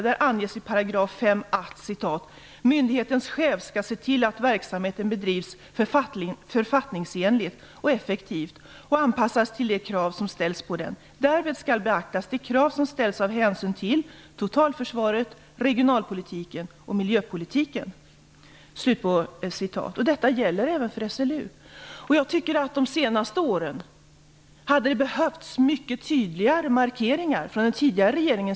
Där anges i 5 § att: "Myndighetens chef skall se till att verksamheten bedrivs författningsenligt och effektivt och att den utvecklas och anpassas till de krav som ställs på den. Därvid skall beaktas de krav som ställs av hänsyn till totalförsvaret, regionalpolitiken och miljöpolitiken." Detta gäller även för SLU. Jag tycker att det hade behövts mycket tydligare markeringar under de senaste åren från den tidigare regeringen.